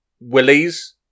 willies